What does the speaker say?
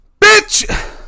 Bitch